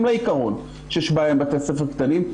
לעיקרון שיש בעיה עם בתי הספר הקטנים,